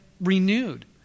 renewed